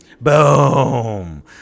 Boom